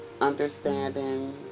understanding